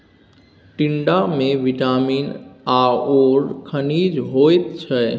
टिंडामे विटामिन आओर खनिज होइत छै